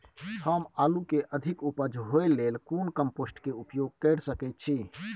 हम आलू के अधिक उपज होय लेल कोन कम्पोस्ट के उपयोग कैर सकेत छी?